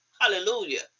hallelujah